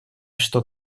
что